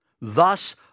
Thus